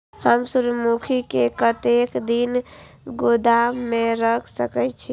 हम सूर्यमुखी के कतेक दिन गोदाम में रख सके छिए?